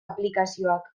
aplikazioak